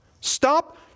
Stop